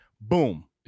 boom